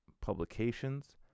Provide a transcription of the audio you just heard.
publications